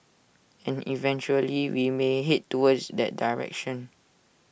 and eventually we may Head towards that direction